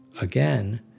Again